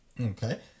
Okay